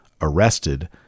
arrested